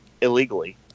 illegally